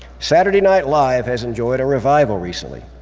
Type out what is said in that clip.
saturday night live has enjoyed a revival recently.